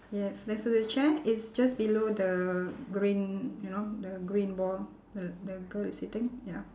yes next to the chair it's just below the green you know the green ball the the girl is sitting ya